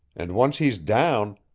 and once he's down,